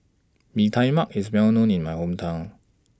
Mee Tai Mak IS Well known in My Hometown